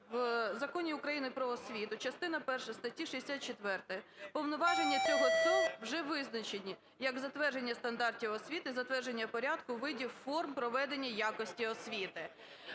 в Законі України "Про освіту", частина перша статті 64, повноваження цього ЦОВВ вже визначені, як затвердження стандартів освіти, затвердження порядку, видів, форм проведення якості освіти.